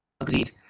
Agreed